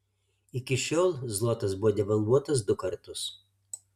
iki šiol zlotas buvo devalvuotas du kartus